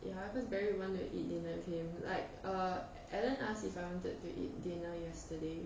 ya cause barry would want to eat dinner with him like err alan ask if I wanted to eat dinner yesterday